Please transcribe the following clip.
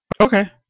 Okay